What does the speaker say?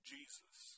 Jesus